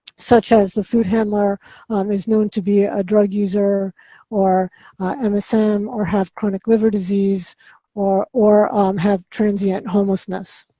such as the food handler is known to be a drug user or and msm or have chronic liver disease or, or um have transient homelessness.